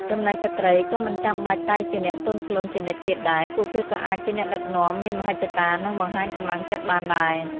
ចំណែកស្ត្រី ក៏មិនចាំបាច់តែជាអ្នកទន់ភ្លន់ជានិច្ចទៀតដែរ ពួកគេក៏អាចជាអ្នកដឹកនាំ មានមហិច្ឆតា និងបង្ហាញកម្លាំងចិត្តបានដែរ។